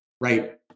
Right